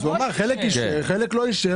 הוא אמר שחלק הוא אישר וחלק הוא לא אישר.